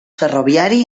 ferroviari